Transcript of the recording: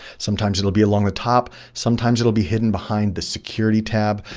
sometimes, it'll be along the top. sometimes it'll be hidden behind the security tab,